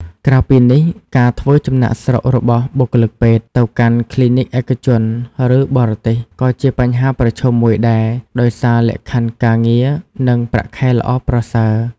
ក្រៅពីនេះ ការធ្វើចំណាកស្រុករបស់បុគ្គលិកពេទ្យ ទៅកាន់គ្លីនិកឯកជន ឬបរទេស ក៏ជាបញ្ហាប្រឈមមួយដែរ ដោយសារលក្ខខណ្ឌការងារ និងប្រាក់ខែល្អប្រសើរ។